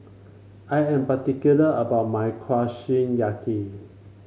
I am particular about my Kushiyaki